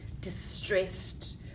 distressed